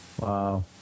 Wow